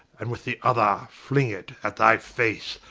and with the other, fling it at thy face,